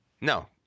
No